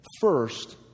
First